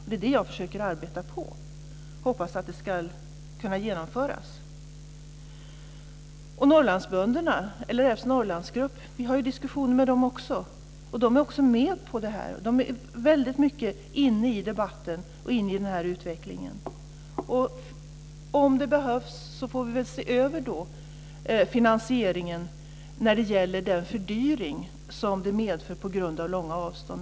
Det är det jag försöker arbeta på och hoppas att det ska kunna genomföras. Vi har diskussioner med LRF:s Norrlandsgrupp, och de är med på det här. De är mycket inne i debatten och i den här utvecklingen. Om det behövs får vi se över finansieringen när det gäller den fördyring som detta medför på grund av långa avstånd.